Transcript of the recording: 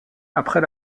après